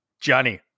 Johnny